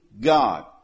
God